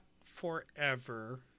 forever